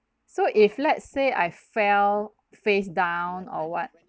so if let's say I fell face down or what